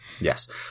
Yes